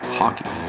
hockey